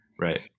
Right